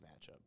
matchup